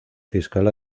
fiscal